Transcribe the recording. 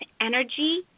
energy